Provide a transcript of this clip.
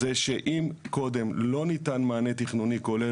זה שאם קודם לא ניתן מענה תכנוני כולל,